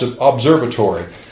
observatory